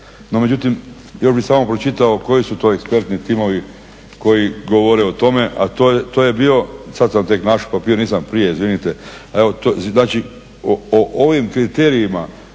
No međutim, još bih samo pročitao koji su to ekspertni timovi koji govore o tome, a to je bio, sad sam tek našao papir, nisam prije, izvinite, znači o ovim kriterijima